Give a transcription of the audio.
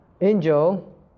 angel